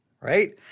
right